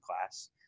class